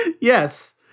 yes